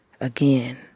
again